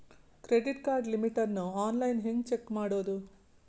Credit card limit ಅನ್ನು online ಹೆಂಗ್ check ಮಾಡೋದು?